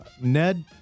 Ned